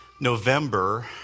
November